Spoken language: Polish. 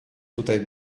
tutaj